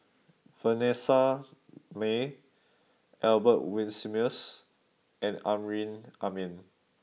Vanessa Mae Albert Winsemius and Amrin Amin